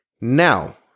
Now